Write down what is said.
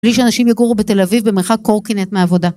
‫בלי שאנשים יגורו בתל אביב ‫במרחק קורקינט מעבודה.